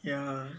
ya